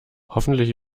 hoffentlich